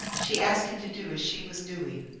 she asked him to do as she was doing.